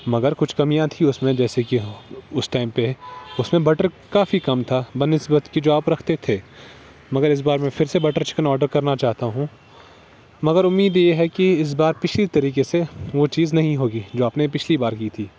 مگر کچھ کمیاں تھیں اس میں جیسے کہ اس ٹائم پہ اس میں بٹر کافی کم تھا بہ نسبت کہ جو آپ رکھتے تھے مگر اس بار میں پھر سے بٹر چکن آڈر کرنا چاہتا ہوں مگر امید یہ ہے کہ اس بار پچھلی طریقے سے وہ چیز نہیں ہوگی جو آپ نے پچھلی بار کی تھی